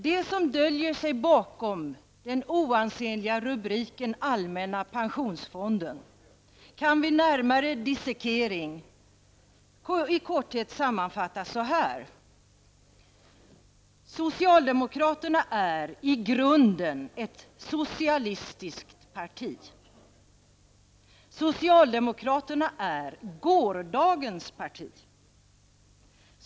Det som döljer sig bakom den oansenliga rubriken Allmänna pensionsfonden kan vid närmare dissekering i korthet sammanfattas så här: -- Socialdemokraterna är i grunden ett socialistiskt parti. -- Socialdemokraterna är gårdagens parti.